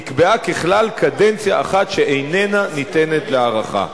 נקבעה ככלל קדנציה אחת, שאינה ניתנת להארכה.